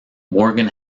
morgan